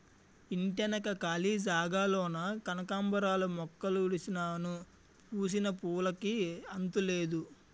ఇంటెనక కాళీ జాగాలోన కనకాంబరాలు మొక్కలుడిసినాను పూసిన పువ్వులుకి అంతులేదు